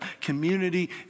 community